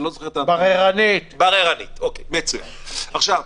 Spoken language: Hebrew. יש עם זה בעיה?